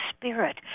spirit